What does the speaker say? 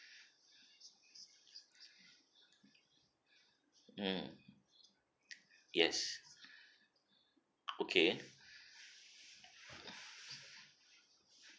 mm yes okay